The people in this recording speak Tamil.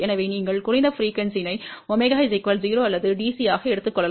எனவே நீங்கள் குறைந்த அதிர்வெண்ணை ω 0 அல்லது DC ஆக எடுத்துக் கொள்ளலாம்